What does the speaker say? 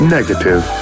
Negative